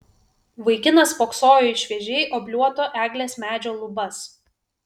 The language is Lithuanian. vaikinas spoksojo į šviežiai obliuoto eglės medžio lubas